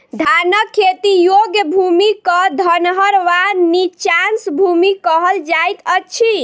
धानक खेती योग्य भूमि क धनहर वा नीचाँस भूमि कहल जाइत अछि